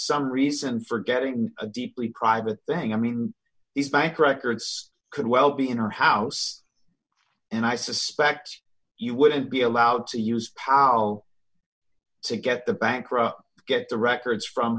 some reason for getting a deeply private thing i mean these bank records could well be in her house and i suspect you wouldn't be allowed to use powell to get the bankrupt get the records from